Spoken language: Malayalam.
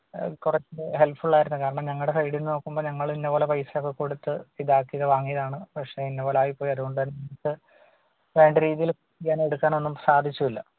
കുറച്ച് ഹെല്പ്ഫുൾ ആയിരുന്നു കാരണം ഞങ്ങളുടെ സൈഡിൽ നിന്ന് നോക്കുമ്പം ഞങ്ങൾ ഇന്നത് പോലെ പൈസ ഒക്കെ കൊടുത്ത് ഇതാക്കിയത് വാങ്ങിയതാണ് പക്ഷേ ഇന്നത് പോലെ ആയിപ്പോയി അതുകൊണ്ടത് വേണ്ട രീതിയിൽ ചെയ്യാനോ എടുക്കാനോ ഒന്നും സാധിച്ചുമില്ല